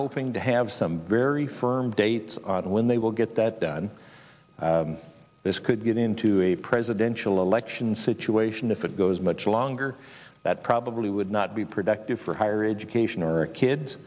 hoping to have some very firm dates and when they will get that done this could get into a presidential election situation if it goes much longer that probably would not be productive for higher education or kids